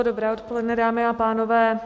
Dobré odpoledne, dámy a pánové.